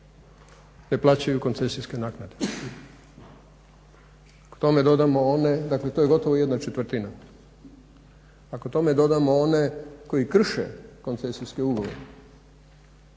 ne plaćaju koncesijske naknade, ako tome dodamo one, dakle to je gotovo jedna četvrtina, ako tome dodamo one koji krše koncesijske ugovore